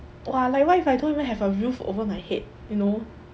!wah! like what if I don't even have a roof over my head you know